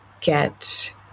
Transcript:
get